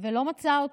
ולא מצא אותו.